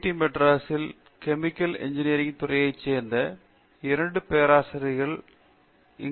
D மெட்ராஸில் chemical engineering துறையை சேர்த்த 2 பேராசிரியர்களை நாங்கள் பெற்றுள்ளோம்